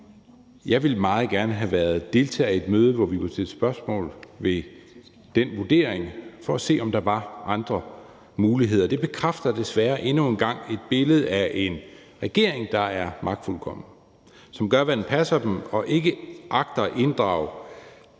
Jeg ville meget gerne have været deltager i et møde, hvor vi kunne stille spørgsmål til den vurdering for at se, om der var andre muligheder, og det bekræfter desværre endnu en gang et billede af en regering, der er magtfuldkommen, som gør, hvad der passer den, og ikke agter at inddrage